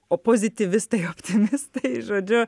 opozityvistai optimistai žodžiu